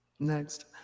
Next